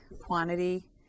quantity